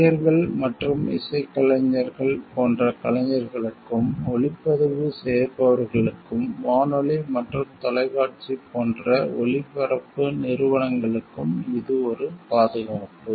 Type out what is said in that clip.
நடிகர்கள் மற்றும் இசைக்கலைஞர்கள் போன்ற கலைஞர்களுக்கும் ஒலிப்பதிவு செய்பவர்களுக்கும் வானொலி மற்றும் தொலைக்காட்சி போன்ற ஒளிபரப்பு நிறுவனங்களுக்கும் இது ஒரு பாதுகாப்பு